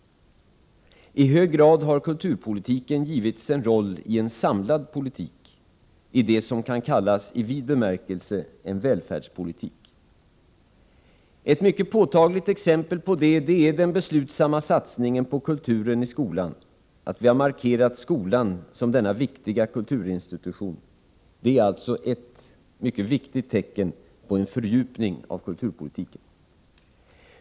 I hög grad har kulturpolitiken givits en roll i en samlad politik, i det som kan kallas i vid bemärkelse en välfärdspolitik. Ett mycket påtagligt exempel på detta är den beslutsamma satsningen på kulturen i skolan. Att vi har markerat skolan som en viktig kulturinstitution är alltså ett mycket viktigt tecken på en fördjupning av kulturpolitiken.